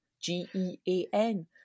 G-E-A-N